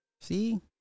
See